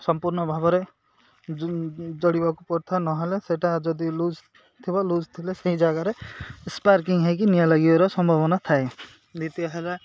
ସମ୍ପୂର୍ଣ୍ଣ ଭାବରେ ଯୋଡ଼ିବାକୁ କଥା ନହେଲେ ସେଇଟା ଯଦି ଲୁଜ୍ ଥିବ ଲୁଜ୍ ଥିଲେ ସେଇ ଜାଗାରେ ସ୍ପାର୍କିଂ ହେଇକି ନିଆଁ ଲାଗିବାର ସମ୍ଭାବନା ଥାଏ ଦ୍ୱିତୀୟ ହେଲା